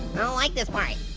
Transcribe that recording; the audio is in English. don't like this part.